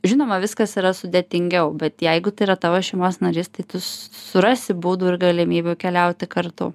žinoma viskas yra sudėtingiau bet jeigu tai yra tavo šeimos narys tai tu s surasi būdų ir galimybių keliauti kartu